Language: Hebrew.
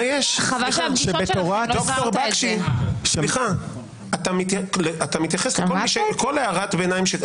ד"ר בקשי, אתה מתייחס לכל הערת ביניים.